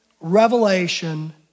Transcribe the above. revelation